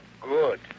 Good